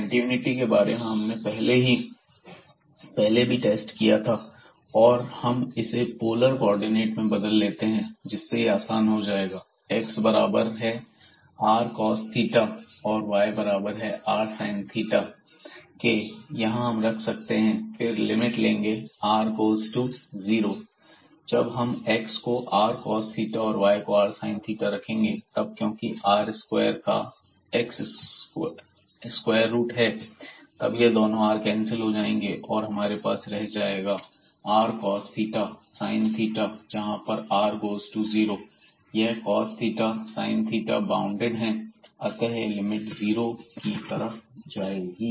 continuity के बारे में हमने पहले भी टेस्ट किया था अब हम इसे पोलर कोऑर्डिनेट में बदल लेते हैं जिससे यह आसान हो जाएगा तो x बराबर r cos थीटा और y बराबर r sin थीटा होगा हम यहां रख सकते हैं फिर हम लिमिट लेंगे आर गोज़ टू जीरो जब हम x को rcos थीटा और y को r sin थीटा रखेंगे तब क्योंकि r स्क्वायर का स्क्वायर रूट r है तब यह दोनों r कैंसिल हो जाएंगे और हमारे पास रह जाएगा r cos theta sine theta जहां पर r गोज़ टू जीरो यह cos theta sin theta bounded है अतः यह लिमिट जीरो की तरफ़ जाएगी